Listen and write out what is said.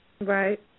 Right